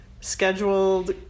scheduled